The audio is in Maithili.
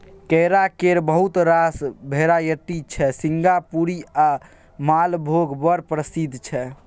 केरा केर बहुत रास भेराइटी छै सिंगापुरी आ मालभोग बड़ प्रसिद्ध छै